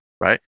right